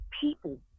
people